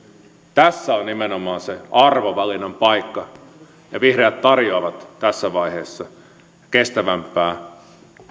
tässä on nimenomaan se arvovalinnan paikka ja vihreät tarjoavat tässä vaiheessa kestävämpää